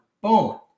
Boom